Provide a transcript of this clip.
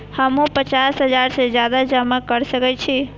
हमू पचास हजार से ज्यादा जमा कर सके छी?